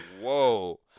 whoa